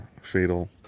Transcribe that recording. fatal